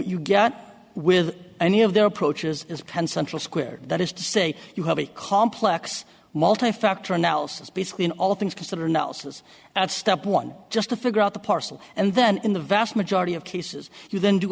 you get with an their approach is as concentric squared that is to say you have a complex multi factor analysis basically in all things considered elsa's at step one just to figure out the parcel and then in the vast majority of cases you then